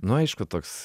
nu aišku toks